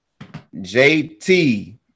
JT